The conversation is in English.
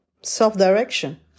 self-direction